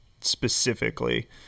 specifically